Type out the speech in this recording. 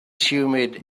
humid